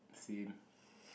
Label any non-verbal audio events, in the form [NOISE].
insane [BREATH]